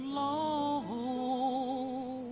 long